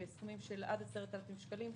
בוקר טוב, אני מתכבד לפתוח את ישיבת ועדת הכספים.